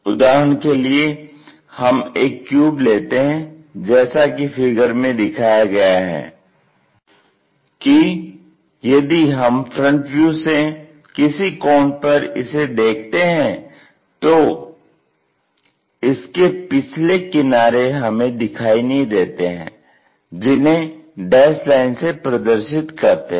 उदाहरण के लिए हम एक क्यूब लेते हैं जैसा कि फिगर में दिखाया गया है कि यदि हम फ्रंट व्यू से किसी कोण पर इसे देखते हैं तो इसके पिछले किनारे हमें दिखाई नहीं देते हैं जिन्हे डैस्ड लाइंस से प्रदर्शित करते हैं